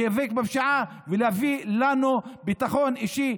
להיאבק בפשיעה ולהביא לנו ביטחון אישי,